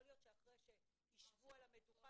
יכול להיות שאחרי שיישבו על המדוכה